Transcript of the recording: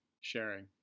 sharing